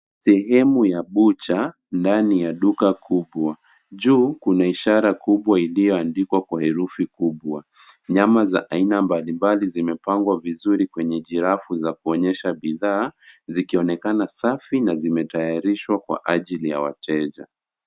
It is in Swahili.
Sehemu ya butcher ndani ya duka kubwa. Juu kuna ishara kubwa iliyoandikwa kwa jerufi kubwa. Nyama za aina mbalimbali zimepangwa vizuri kwenye jirafu za kuonyesha bidhaa, zikionekana safi na zimetayarishwa kwa ajili ya wateja.